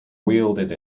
wielded